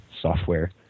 software